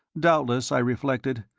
doubtless, i reflected,